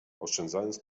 oszczędzając